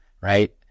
right